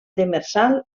demersal